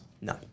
No